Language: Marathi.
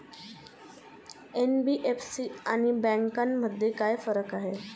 एन.बी.एफ.सी आणि बँकांमध्ये काय फरक आहे?